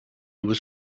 was